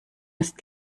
ist